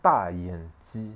大眼鸡